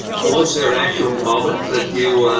well was there actual moments that you.